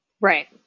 Right